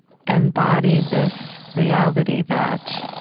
embody this reality that,